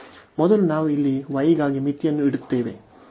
ಮೊದಲು ನಾವು ಇಲ್ಲಿ y ಗಾಗಿ ಮಿತಿಯನ್ನು ಇಡುತ್ತೇವೆ